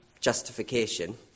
justification